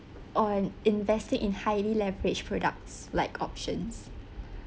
on investing in highly leveraged products like options